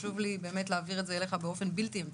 חשוב להעביר את זה אליך באופן בלתי אמצעי.